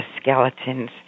skeletons